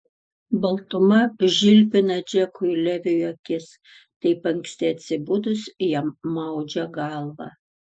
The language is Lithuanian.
baltuma žilpina džekui leviui akis taip anksti atsibudus jam maudžia galvą